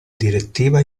direttiva